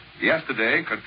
Yesterday